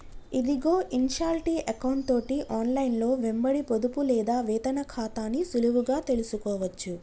ఇదిగో ఇన్షాల్టీ ఎకౌంటు తోటి ఆన్లైన్లో వెంబడి పొదుపు లేదా వేతన ఖాతాని సులువుగా తెలుసుకోవచ్చు